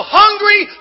hungry